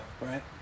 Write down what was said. Right